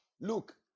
look